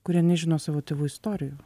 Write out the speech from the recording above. kurie nežino savo tėvų istorijų